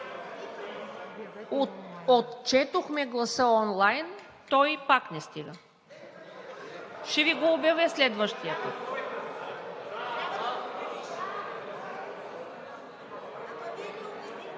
Отчетохме гласа онлайн, той пак не стига. (Реплики.) Ще Ви го обявя следващия път.